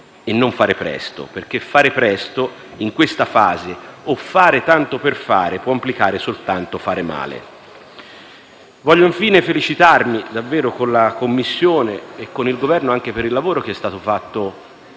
e non fare presto; perché in questa fase fare presto o fare tanto per fare può implicare soltanto fare male. Voglio infine felicitarmi davvero con la Commissione e con il Governo anche per il lavoro che è stato fatto